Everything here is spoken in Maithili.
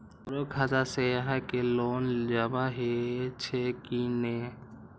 हमरो खाता से यहां के लोन जमा हे छे की ने?